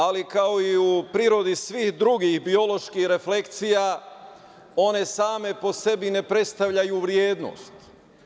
Ali, kao i u prirodi svih drugih bioloških refleksija one same po sebi ne predstavljaju vrednost.